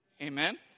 Amen